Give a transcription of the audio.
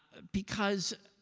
because